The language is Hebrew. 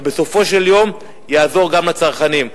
ובסופו של יום יעזור גם לצרכנים.